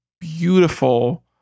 beautiful